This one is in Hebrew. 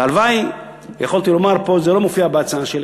והלוואי שיכולתי לומר פה, זה לא מופיע בהצעה שלי